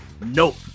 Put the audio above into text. Nope